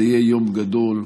זה יהיה יום גדול,